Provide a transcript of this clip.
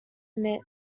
admit